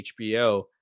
HBO